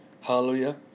Hallelujah